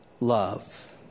love